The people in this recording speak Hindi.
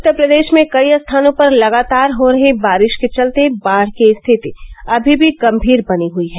उत्तर प्रदेश में कई स्थानों पर लगातार हो रही बारिश के चलते बाढ़ की स्थिति अभी भी गंभीर बनी हुई है